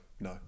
no